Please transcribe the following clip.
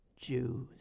Jews